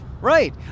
Right